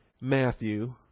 Matthew